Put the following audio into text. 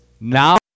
now